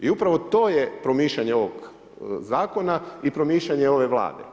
I upravo to je promišljanje ovog zakona i promišljanje ove Vlade.